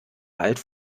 bald